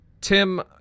Tim